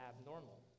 abnormal